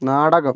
നാടകം